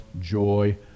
joy